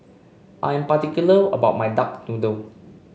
I'm particular about my Duck Noodle